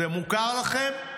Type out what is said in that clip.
זה מוכר לכם?